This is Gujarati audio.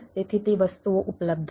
તેથી તે વસ્તુઓ ઉપલબ્ધ છે